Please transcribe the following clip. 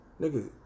nigga